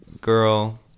Girl